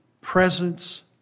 presence